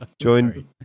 join